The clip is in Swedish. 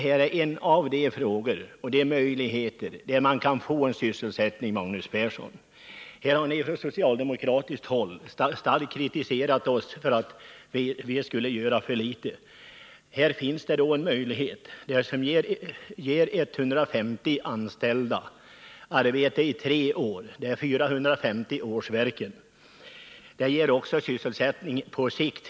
Här finns nu en möjlighet att skapa sysselsättning, Magnus Persson. Ni har från socialdemokratiskt håll starkt kritiserat oss för att vi skulle göra för litet för sysselsättningen. Här finns ett projekt som ger 150 anställda arbete i tre år, dvs. 450 årsverken. En utbyggnad ger också sysselsättning på sikt.